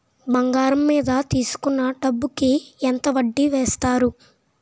బంగారం మీద తీసుకున్న డబ్బు కి ఎంత వడ్డీ వేస్తారు?